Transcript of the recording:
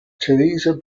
teresa